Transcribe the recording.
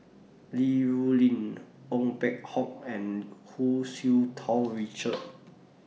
Li Rulin Ong Peng Hock and Hu Tsu Tau Richard